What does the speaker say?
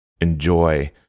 enjoy